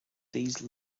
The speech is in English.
these